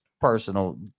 personal